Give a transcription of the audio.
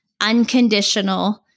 unconditional